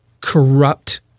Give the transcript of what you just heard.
corrupt